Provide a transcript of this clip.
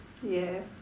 ya